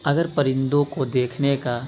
اگر پرندو کو دیکھنے کا